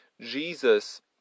Jesus